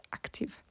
active